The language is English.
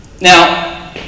Now